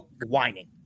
whining